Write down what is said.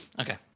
Okay